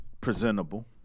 presentable